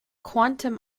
quantum